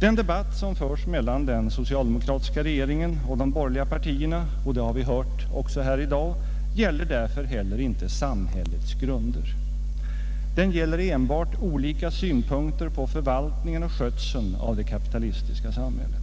Den debatt som förs mellan den socialdemokratiska regeringen och de borgerliga partierna gäller därför — det har också framgått av dagens debatt — inte samhällets grunder. Den gäller enbart olika synpunkter på förvaltningen och skötseln av det kapitalistiska samhället.